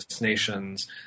nations